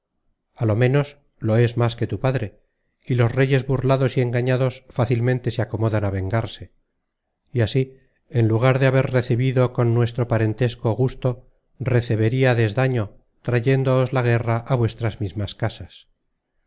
á lo ménos lo es más que tu padre y los reyes burlados y engañados fácilmente se acomodan á vengarse y así en lugar de haber recebido con nuestro parentesco gusto recebiríades daño trayéndoos la guerra á vuestras mismas casas